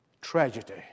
tragedy